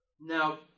Now